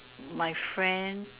my friend